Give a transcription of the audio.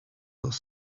dos